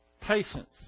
patience